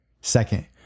Second